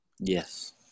Yes